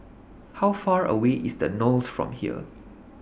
How Far away IS The Knolls from here